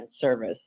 service